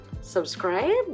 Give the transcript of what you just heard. Subscribe